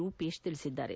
ರೂಪೇಶ್ ತಿಳಿಸಿದ್ದಾರೆ